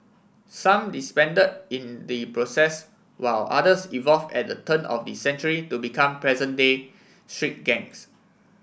some disbanded in the process while others evolved at the turn of the century to become present day street gangs